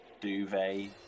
duvet